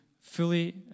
fully